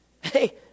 Hey